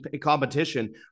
competition